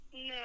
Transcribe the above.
No